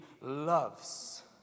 loves